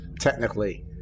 technically